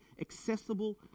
accessible